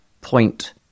point